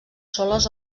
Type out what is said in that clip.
soles